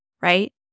right